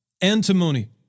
antimony